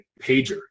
pager